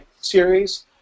series